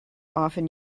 often